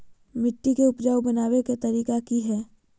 मिट्टी के उपजाऊ बनबे के तरिका की हेय?